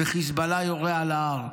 וחיזבאללה יורה על ההר.